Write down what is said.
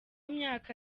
myaka